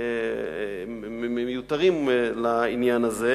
מיותרים לעניין הזה,